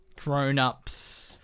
grown-ups